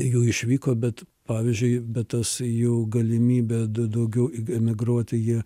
jų išvyko bet pavyzdžiui bet tas jų galimybė daugiau emigruoti jie